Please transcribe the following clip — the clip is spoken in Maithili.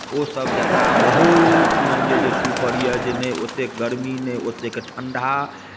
ओसभ यात्रा बहुत मानि लिअ जे सुपर यए जे नहि ओतेक गर्मी नहि ओतेक ठंडा